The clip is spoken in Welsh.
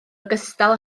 ogystal